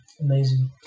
Amazing